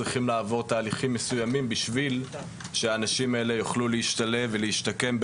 צריכים לעבור תהליכים מסוימים בשביל שהאנשים האלה יוכלו להשתלב ולהשתקם,